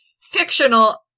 fictional